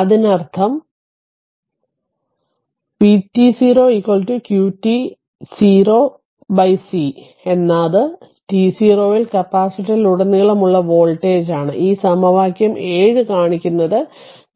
അതിനർത്ഥം vt0 qt 0 c എന്നത് t0 ൽ കപ്പാസിറ്ററിലുടനീളമുള്ള വോൾട്ടേജാണ് ഈ സമവാക്യം 7 കാണിക്കുന്നത്